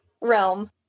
realm